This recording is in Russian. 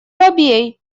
робей